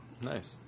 Nice